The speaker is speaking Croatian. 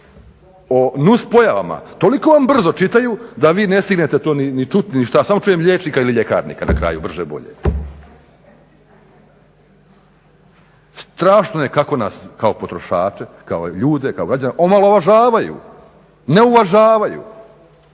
o nuspojavama, toliko vam brzo čitaju da vi ne stignete to ni čuti ni šta, samo čujem liječnika i ljekarnika na kraju brže bolje. Strašno je kako nas kao potrošače, kao ljude, kao građane omalovažavanju, ne uvažavaju.